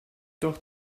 doch